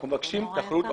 אנחנו מבקשים תחרות הוגנת.